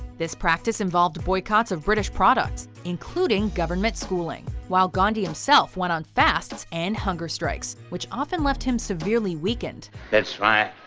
this practice involved boycotts on british products including government schooling, while gandhi himself went on fasts and hunger strikes, which often left him severely weakened that's right,